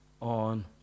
on